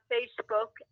Facebook